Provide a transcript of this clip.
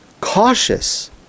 cautious